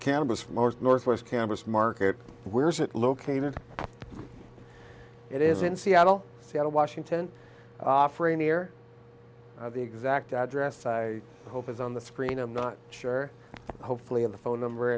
cannabis most north west campus market where's it located it is in seattle seattle washington for a near the exact address i hope is on the screen i'm not sure hopefully of the phone number